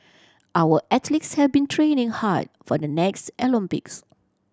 our athletes have been training hard for the next Olympics